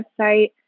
website